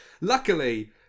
Luckily